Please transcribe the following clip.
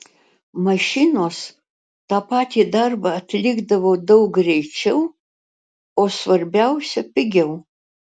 mašinos tą patį darbą atlikdavo daug greičiau o svarbiausia pigiau